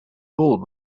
bowled